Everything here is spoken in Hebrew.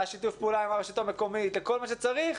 לשיתוף הפעולה עם הרשות המקומית וכל מה שצריך,